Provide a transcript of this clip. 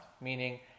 meaning